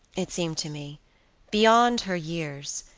it seemed to me beyond her years,